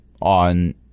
on